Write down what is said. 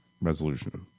resolution